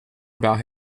about